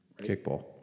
Kickball